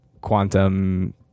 quantum